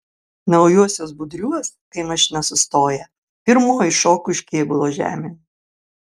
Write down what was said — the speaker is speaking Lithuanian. naujuosiuos budriuos kai mašina sustoja pirmoji šoku iš kėbulo žemėn